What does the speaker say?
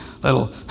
little